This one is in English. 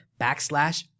backslash